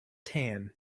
tan